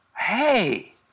hey